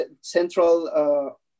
Central